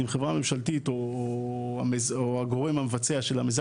אם חברה ממשלתית או הגורם המבצע של מיזם